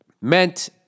meant